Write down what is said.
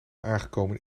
aangekomen